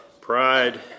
Pride